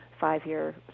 five-year